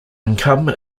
income